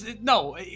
No